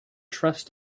trust